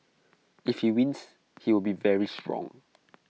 if he wins he will be very strong